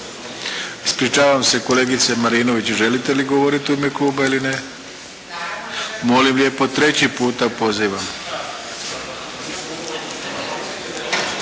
Ispričavam se kolegice Marinović, želite li govoriti u ime kluba ili ne? Molim lijepo. Treći puta pozivam.